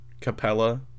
capella